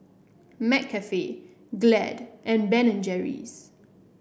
McCafe Glade and Ben and Jerry's